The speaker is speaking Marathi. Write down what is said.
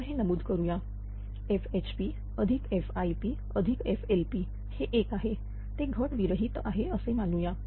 तर हे नमूद करूया FHPFIPFLP हे 1 आहे ते घट विरहित आहे असे मानू या